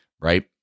right